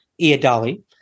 Iadali